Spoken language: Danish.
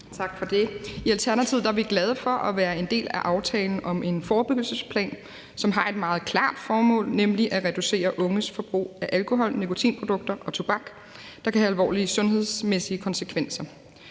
I Alternativet er vi glade for at være en del af aftalen om en forebyggelsesplan, som har et meget klart formål, nemlig at reducere unges forbrug af alkohol, nikotinprodukter og tobak, der kan have alvorlige sundhedsmæssige konsekvenser.